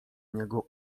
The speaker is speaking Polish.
niego